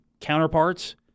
counterparts